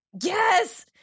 yes